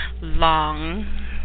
long